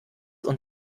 und